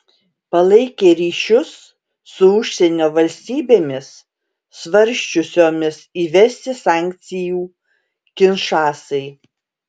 palaikė ryšius su užsienio valstybėmis svarsčiusiomis įvesti sankcijų kinšasai